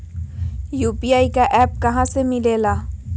UPI का app कहा से मिलेला?